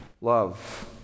love